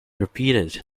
repeated